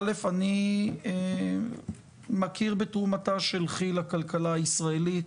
אני מכיר בתרומתה של כי"ל לכלכלה הישראלית.